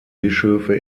bischöfe